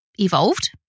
evolved